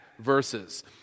verses